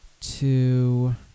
two